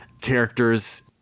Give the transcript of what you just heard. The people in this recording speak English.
characters